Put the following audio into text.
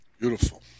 beautiful